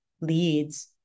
leads